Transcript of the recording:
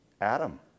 Adam